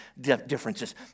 differences